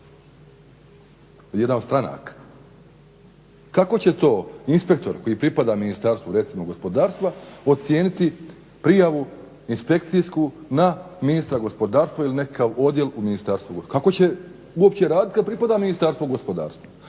jedna od stranaka. Kako će to inspektor koji pripada ministarstvu recimo gospodarstva ocijeniti prijavu inspekcijsku na ministra gospodarstva ili nekakav odjel u ministarstvu? Kako će uopće raditi kad pripada Ministarstvu gospodarstva?